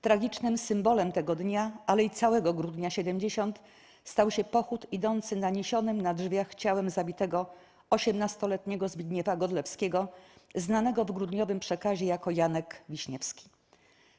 Tragicznym symbolem tego dnia, ale i całego Grudnia ’70 stał się pochód idący za niesionym na drzwiach ciałem zabitego 18-letniego Zbigniewa Godlewskiego, znanego w grudniowym przekazie jako Janek Wiśniewski.